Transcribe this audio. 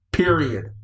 Period